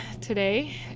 today